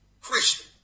Christian